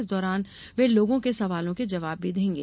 इस दौरान वे लोगों के सवालों के जवाब भी देंगे